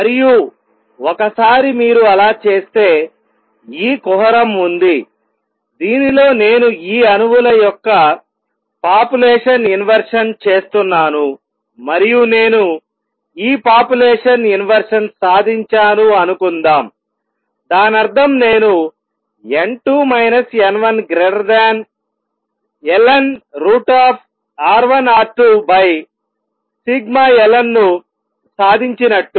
మరియు ఒకసారి మీరు అలా చేస్తే ఈ కుహరం ఉంది దీనిలో నేను ఈ అణువుల యొక్క పాపులేషన్ ఇన్వెర్షన్ చేస్తున్నాను మరియు నేను ఈ పాపులేషన్ ఇన్వెర్షన్ సాధించాను అనుకుందాం దానర్థం నేను n2 n1ln√σLను సాధించినట్టు